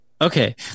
okay